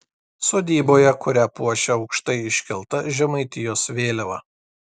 sodyboje kurią puošia aukštai iškelta žemaitijos vėliava